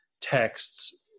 texts